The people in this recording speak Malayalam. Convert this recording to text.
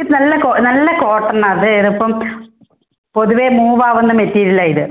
ഇത് നല്ല നല്ല കോട്ടനാണത് എളുപ്പം പൊതുവെ മൂവാവുന്ന മെറ്റീരിയലാണിത്